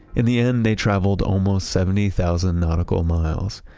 in the end, they traveled almost seventy thousand nautical miles,